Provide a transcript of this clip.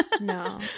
No